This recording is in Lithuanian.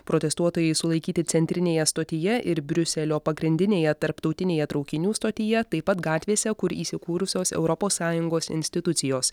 protestuotojai sulaikyti centrinėje stotyje ir briuselio pagrindinėje tarptautinėje traukinių stotyje taip pat gatvėse kur įsikūrusios europos sąjungos institucijos